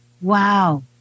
Wow